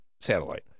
satellite